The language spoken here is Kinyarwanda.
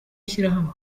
ishyirahamwe